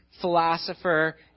philosopher